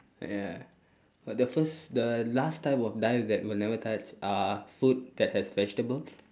ya for the first the last type of die that will never touch uh food that has vegetables